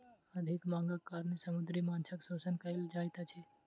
अधिक मांगक कारणेँ समुद्री माँछक शोषण कयल जाइत अछि